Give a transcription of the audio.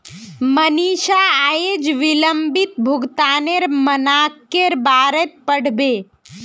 मनीषा अयेज विलंबित भुगतानेर मनाक्केर बारेत पढ़बे